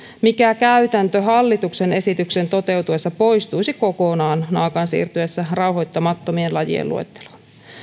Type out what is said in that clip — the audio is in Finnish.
mikä käytäntö hallituksen esityksen toteutuessa poistuisi kokonaan naakan siirtyessä rauhoittamattomien lajien luetteloon